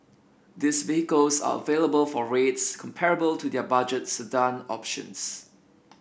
these vehicles are available for rates comparable to their budget sedan options